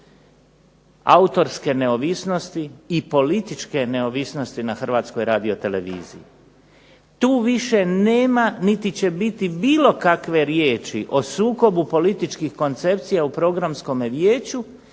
autorske neovisnost i političke neovisnosti na Hrvatskoj radioteleviziji. Tu više nema niti će biti bilo kakve riječi o sukobu političkih koncepcija u Programskom vijeću